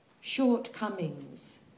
shortcomings